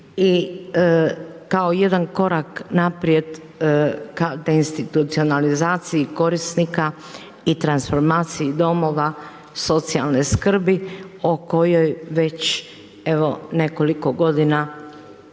kao jedan korak naprijed ka deinstitucionalizaciji korisnika i transformaciji domova socijalne skrbi o kojoj već evo nekoliko godina